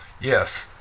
Yes